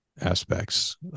aspects